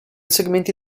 segmenti